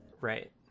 Right